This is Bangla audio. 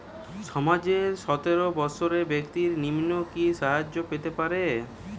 সমাজের সতেরো বৎসরের ব্যাক্তির নিম্নে কি সাহায্য পেতে পারে?